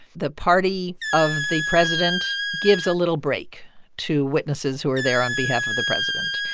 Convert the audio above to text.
the party of the president gives a little break to witnesses who are there on behalf of the president.